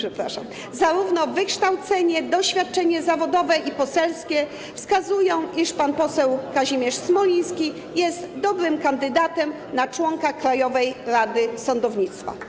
Zarówno wykształcenie, doświadczenie zawodowe, jak i poselskie wskazują, iż pan poseł Kazimierz Smoliński jest dobrym kandydatem na członka Krajowej Rady Sądownictwa.